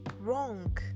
wrong